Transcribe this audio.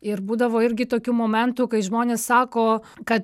ir būdavo irgi tokių momentų kai žmonės sako kad